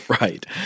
Right